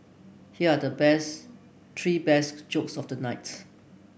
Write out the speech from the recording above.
here are the best three best jokes of the night